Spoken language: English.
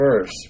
verse